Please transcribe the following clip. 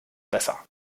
besser